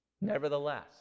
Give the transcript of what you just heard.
Nevertheless